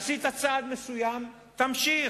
עשית צעד מסוים, תמשיך.